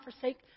forsake